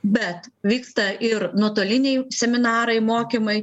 bet vyksta ir nuotoliniai seminarai mokymai